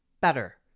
better